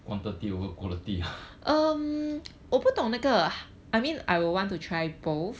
quantity over quality